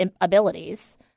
abilities